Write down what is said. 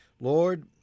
Lord